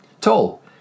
toll